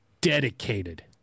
dedicated